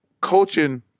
Coaching